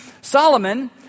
Solomon